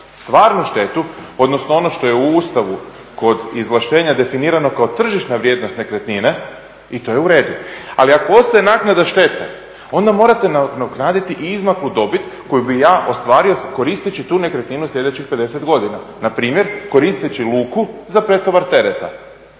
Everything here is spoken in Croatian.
stvarnu štetu, odnosno ono što je u Ustavu kod izvlaštenja definiranog kao tržišna vrijednost nekretnine i to je u redu, ali ako ostaje naknada štete, onda morate nadoknaditi i izmaklu dobit koju bih ja ostvario koristeći tu nekretninu sljedećih 50 godina. Npr. koristeći luku za pretovar tereta.